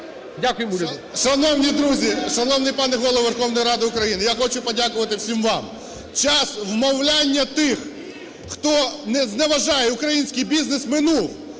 В.Б. Шановні друзі, шановний пане Голово Верховної Ради України, я хочу подякувати всім вам. Час вмовляння тих, хто зневажає український бізнес, минув.